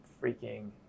freaking